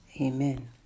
Amen